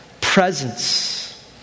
presence